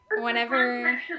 whenever